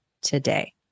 today